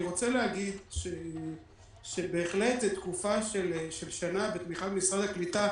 אני רוצה להגיד שזו תקופה של שנה בתמיכה ממשרד הקליטה,